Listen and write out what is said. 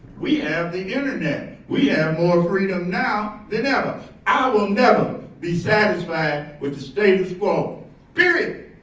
we have the internet, we have more freedom now than ever. i will never be satisfied with the status quo period.